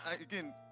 again